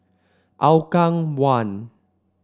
Hougang One